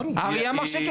ברור.